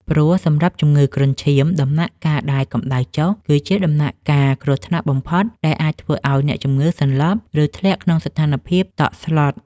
ព្រោះសម្រាប់ជំងឺគ្រុនឈាម ដំណាក់កាលដែលកម្ដៅចុះគឺជាដំណាក់កាលគ្រោះថ្នាក់បំផុតដែលអាចធ្វើឱ្យអ្នកជំងឺសន្លប់ ឬធ្លាក់ក្នុងស្ថានភាពតក់ស្លុត។